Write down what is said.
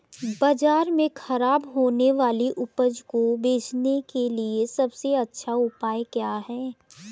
बाज़ार में खराब होने वाली उपज को बेचने के लिए सबसे अच्छा उपाय क्या हैं?